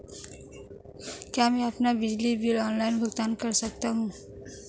क्या मैं अपना बिजली बिल ऑनलाइन भुगतान कर सकता हूँ?